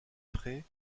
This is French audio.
prés